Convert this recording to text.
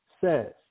says